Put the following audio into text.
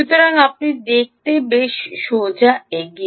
সুতরাং আপনি দেখতে বেশ সোজা এগিয়ে